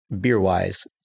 beer-wise